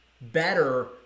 better